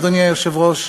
אדוני היושב-ראש,